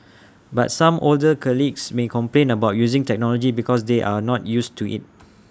but some older colleagues may complain about using technology because they are not used to IT